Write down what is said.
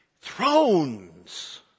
Thrones